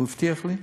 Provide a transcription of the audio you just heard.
הוא הבטיח לי,